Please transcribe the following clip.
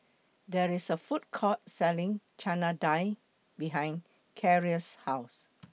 There IS A Food Court Selling Chana Dal behind Carrie's House